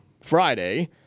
Friday